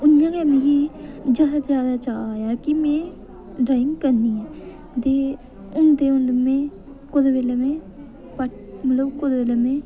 इ'यां गै मिगी जैदा तों जैदा चाऽ ऐ कि में ड्राइंग करनी ऐ ते हून ते में कुतै बेल्लै में मतलब कुतै बेल्लै में